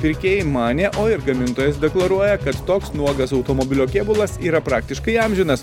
pirkėjai manė o ir gamintojas deklaruoja kad toks nuogas automobilio kėbulas yra praktiškai amžinas